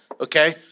okay